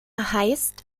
heißt